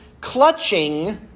clutching